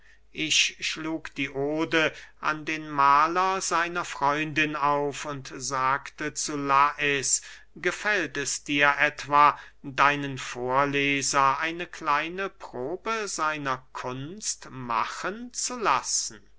ich schlug die ode an den mahler seiner freundin auf und sagte zu lais gefällt es dir etwa deinen vorleser eine kleine probe seiner kunst machen zu lassen